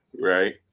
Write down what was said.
right